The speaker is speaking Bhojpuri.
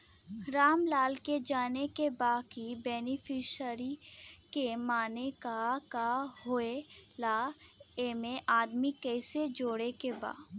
रामलाल के जाने के बा की बेनिफिसरी के माने का का होए ला एमे आदमी कैसे जोड़े के बा?